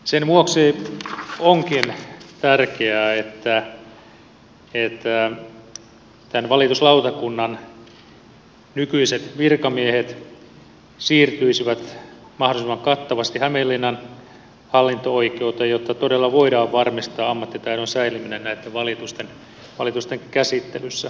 sen vuoksi onkin tärkeää että tämän valituslautakunnan nykyiset virkamiehet siirtyisivät mahdollisimman kattavasti hämeenlinnan hallinto oikeuteen jotta todella voidaan varmistaa ammattitaidon säilyminen näitten valitusten käsittelyssä